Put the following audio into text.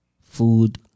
food